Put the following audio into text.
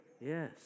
Yes